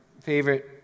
favorite